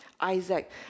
Isaac